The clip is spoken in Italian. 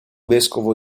vescovo